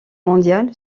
mondial